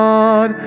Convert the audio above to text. God